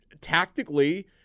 tactically